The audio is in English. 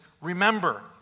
remember